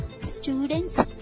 students